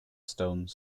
stone